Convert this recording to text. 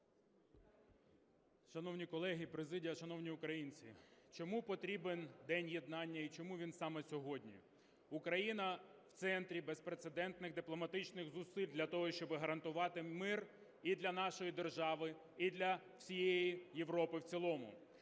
Шановні колеги, президія, шановні українці! Чому потрібен День єднання і чому він саме сьогодні? Україна в центрі безпрецедентних дипломатичних зусиль для того, щоб гарантувати мир і для нашої держави, і для всієї Європи в цілому.